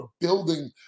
building